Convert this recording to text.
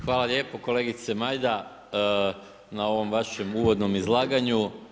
Hvala lijepo kolegice Majda na ovom vašem uvodnim izlaganju.